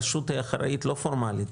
רשות היא אחראית לא פורמלית,